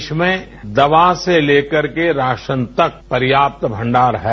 देश में दवा से ले करके राशन तक पर्याप्त भंडार है